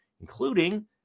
including